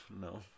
No